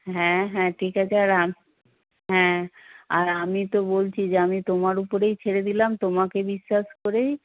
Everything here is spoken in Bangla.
হ্যাঁ হ্যাঁ ঠিক আছে আর হ্যাঁ আর আমি তো বলছি যে আমি তোমার উপরেই ছেড়ে দিলাম তোমাকে বিশ্বাস করেই